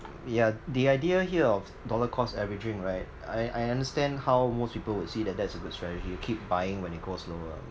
yeah the idea here of dollar-cost averaging right I I understand how most people would see that that's a good strategy keep buying when it goes lower